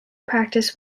practice